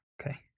Okay